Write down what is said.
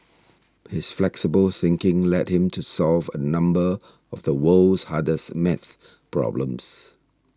his flexible thinking led him to solve a number of the world's hardest math problems